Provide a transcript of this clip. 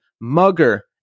Mugger